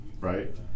right